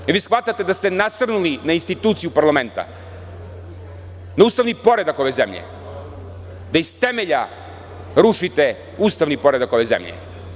Da li vi shvatate da ste nasrnuli na instituciju parlamenta, na ustavni poredak ove zemlje, da iz temelja rušite ustavni poredak ove zemlje.